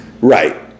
Right